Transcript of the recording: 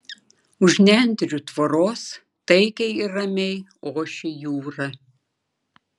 už nendrių tvoros taikiai ir ramiai ošė jūra